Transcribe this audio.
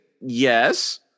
yes